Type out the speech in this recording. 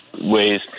ways